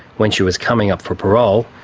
when she was coming up for parole,